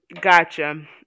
Gotcha